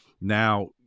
Now